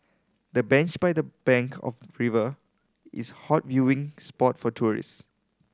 the bench by the bank of river is hot viewing spot for tourist